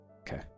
okay